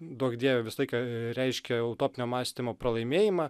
duok dieve visą laiką reiškia utopinio mąstymo pralaimėjimą